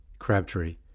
Crabtree